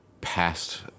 past